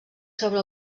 sobre